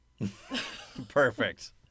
Perfect